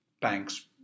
banks